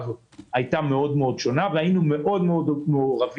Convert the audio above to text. הזאת הייתה שונה מאוד והיינו מאוד מאוד מעורבים